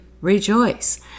rejoice